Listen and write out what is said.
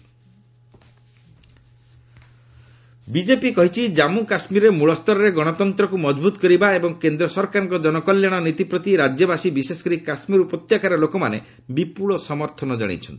add JK BDC polls BJP କହିଛି ଜାନ୍ଧୁ କାଶ୍ମୀରରେ ମୂଳସ୍ତରରେ ଗଣତନ୍ତ୍ରକୁ ମଜଭୁତ କରିବା ଏବଂ କେନ୍ଦ୍ର ସରକାରଙ୍କ ଜନକଲ୍ୟାଣ ନୀତି ପ୍ରତି ରାଜ୍ୟବାସୀ ବିଶେଷକରି କାଶ୍ମୀର ଉପତ୍ୟକାର ଲୋକମାନେ ବିପୁଳ ସମର୍ଥନ ଜଣାଇଛନ୍ତି